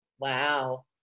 Wow